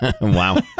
Wow